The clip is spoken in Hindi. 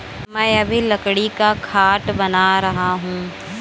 मैं अभी लकड़ी का खाट बना रहा हूं